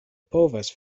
povas